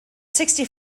sixty